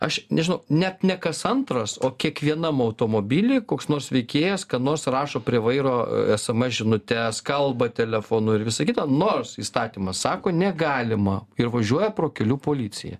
aš nežinau net ne kas antras o kiekvienam automobily koks nors veikėjas ką nors rašo prie vairo sms žinutes kalba telefonu ir visa kita nors įstatymas sako negalima ir važiuoja pro kelių policiją